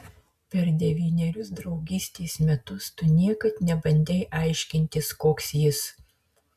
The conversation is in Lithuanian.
per devynerius draugystės metus tu niekad nebandei aiškintis koks jis